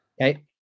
Okay